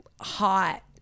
hot